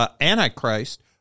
Antichrist